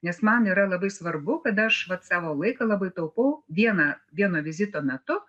nes man yra labai svarbu kad aš vat savo laiką labai taupau vieną vieno vizito metu